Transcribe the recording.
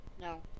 No